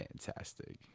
fantastic